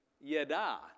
Yada